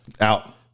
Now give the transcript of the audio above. out